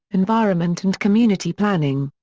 environment and community planning.